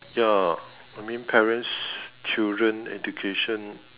ya or maybe parents children education